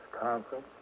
conference